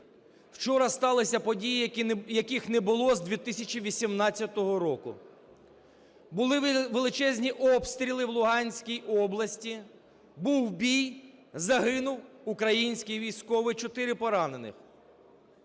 вчора сталися події, яких не було з 2018 року. Були величезні обстріли в Луганській області, був бій, загинув український військовий, чотири поранених.